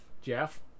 Jeff